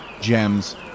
gems